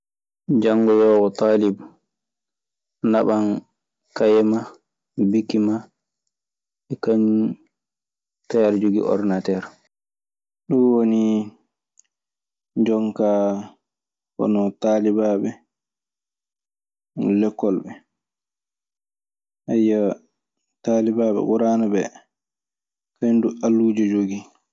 Janngoyoowo taalib naɓan kayee ma, bikki maa e kañun tawee aɗe jogii ordinateer. Ɗun woni jonkaa hono taallibaaɓe lekkol ɓee. Ayyoo, taalibaaɓe Ɓur'aana ɓee kañun duu alluuje jogii.